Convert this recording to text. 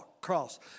cross